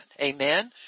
Amen